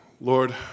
Lord